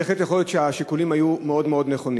בהחלט יכול להיות שהשיקולים היו מאוד מאוד נכונים,